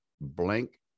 blank